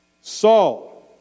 Saul